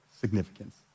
significance